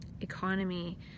economy